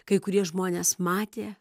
kai kurie žmonės matė